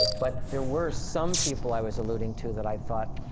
but there were some people i was alluding to, that i thought,